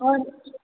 और